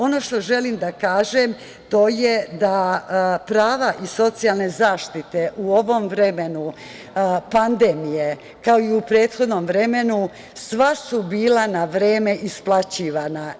Ono što želim da kažem to je da prava iz socijalne zaštite u ovom vremenu pandemije, kao i u prethodnom vremenu sva su bila na vreme isplaćivana.